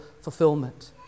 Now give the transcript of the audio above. fulfillment